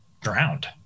drowned